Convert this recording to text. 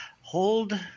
hold